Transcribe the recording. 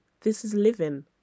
this-is-living